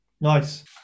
Nice